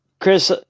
Chris